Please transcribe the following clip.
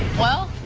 well,